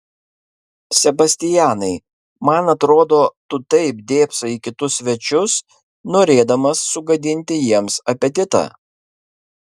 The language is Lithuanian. sebastianai man atrodo tu taip dėbsai į kitus svečius norėdamas sugadinti jiems apetitą